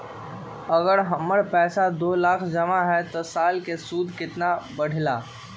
अगर हमर पैसा दो लाख जमा है त साल के सूद केतना बढेला?